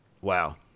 wow